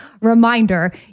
Reminder